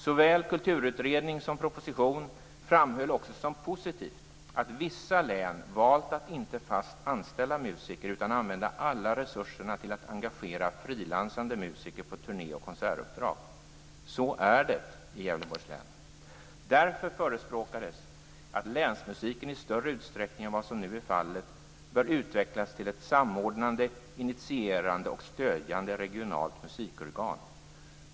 Såväl Kulturutredningen som propositionen framhöll också som positivt att vissa län valt att inte fast anställa musiker utan använda alla resurser till att engagera frilansande musiker på turnéoch konsertuppdrag. Så är det i Gävleborgs län. Därför förespråkades att länsmusiken i större utsträckning än vad som nu är fallet bör utvecklas till ett samordnande, initierande och stödjande regionalt musikorgan.